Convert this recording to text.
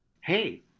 Hey